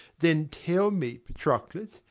then tell me, patroclus,